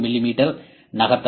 me நகர்த்தலாம்